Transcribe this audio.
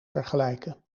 vergelijken